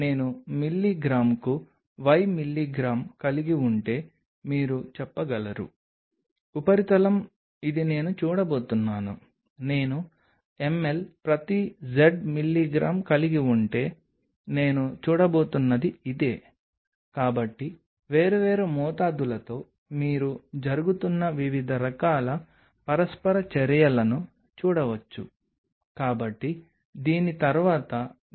మీరు చేయవలసిన మూడవ విషయం ఏమిటంటే మీరు ఉపరితలంపై ఏదైనా సమ్మేళనాన్ని ఉంచినప్పుడు అది శోషించబడుతుందా లేదా అది సన్నని పొరను ఏర్పరుస్తుందా లేదా అది ఒక రకమైన రసాయన కలయికను ఏర్పరుస్తుంది